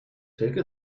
take